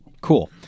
cool